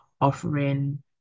offering